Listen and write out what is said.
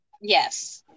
Yes